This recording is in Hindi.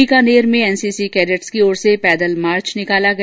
बीकानेर में एनसीसी कैडेट्स की ओर से पैदल मार्च निकाला गया